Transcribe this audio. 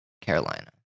Carolina